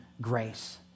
grace